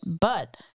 But-